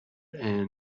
and